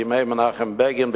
בימי מנחם בגין,